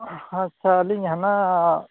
ᱟᱪᱪᱷᱟ ᱟᱹᱞᱤᱧ ᱦᱟᱱᱟ